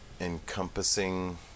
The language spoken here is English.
encompassing